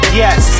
yes